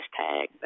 hashtag